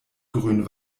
grün